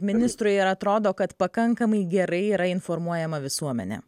ministrui ir atrodo kad pakankamai gerai yra informuojama visuomenė